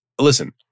listen